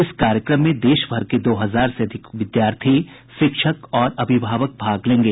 इस कार्यक्रम में देश भर के दो हजार से अधिक विद्यार्थी शिक्षक और अभिभावक भाग लेंगे